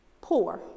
poor